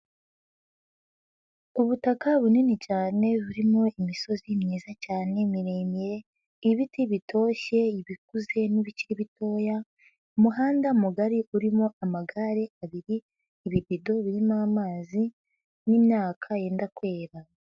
Ubutaka bunini cyane, burimo imisozi myiza cyane, miremire, ibiti bitoshye, ibikuze n'ibikiri bitoya, umuhanda mugari urimo amagare abiri, ibibido birimo amazi n'imyaka yenda kwera.